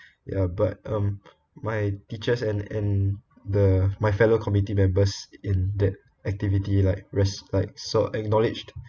ya but um my teachers and and and the my fellow committee members in that activity like rest like so acknowledged